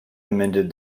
amended